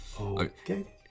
Okay